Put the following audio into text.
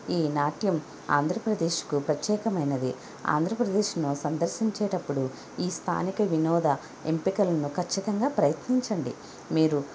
ఈ నాట్యం ఆంధ్రప్రదేశ్కు ప్రత్యేకమైనది ఆంధ్రప్రదేశ్లో సందర్శించేటప్పుడు ఈ స్థానిక వినోద ఎంపికలను ఖచ్చితంగా ప్రయత్నించండి మీరు